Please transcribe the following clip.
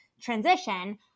transition